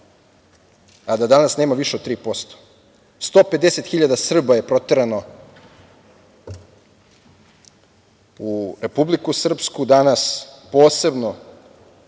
a da danas nema više od 3%, 150 hiljada Srba je proterano u Republiku Srpsku. Danas, posebno